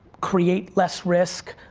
create less risk,